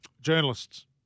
Journalists